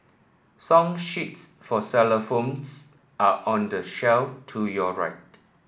song sheets for xylophones are on the shelf to your right